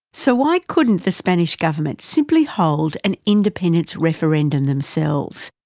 so why couldn't the spanish government simply hold an independence referendum themselves?